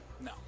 No